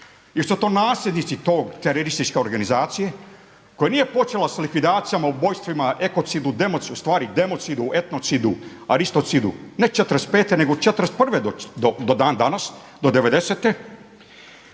Jesu to nasljednici te terorističke organizacije koja nije počela sa likvidacijama, ubojstvima, ekocidu, ustvari democidu, etnocidu, aristocidu ne '45. nego '41. do dan danas, do